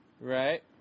Right